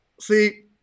See